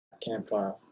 campfire